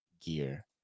gear